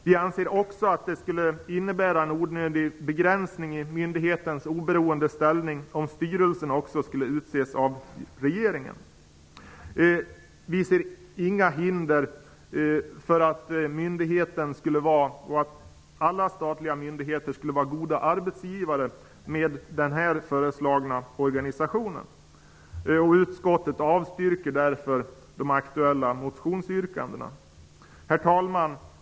Vi anser också att det skulle innebära en onödig begränsning i myndighetens oberoende ställning om också styrelsen skulle utses av regeringen. Vi ser inga hinder för att alla statliga myndigheter skall kunna vara goda arbetsgivare med den föreslagna organisationen. Utskottet avstyrker därför de aktuella motionsyrkandena. Herr talman!